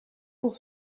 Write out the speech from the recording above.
pour